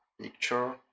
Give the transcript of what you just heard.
picture